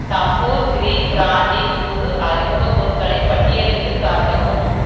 தம்பூர் green பிராண்டின் புது அறிமுகப் பொருட்களை பட்டியலிட்டுக் காட்டவும்